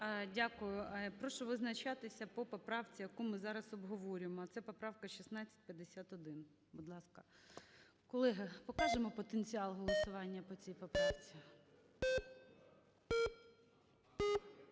Дякую. Прошу визначатися по поправці, яку ми зараз обговорюємо. Це поправка 1651. Будь ласка. Колеги, покажемо потенціал голосування по цій поправці? Яценка